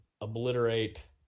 obliterate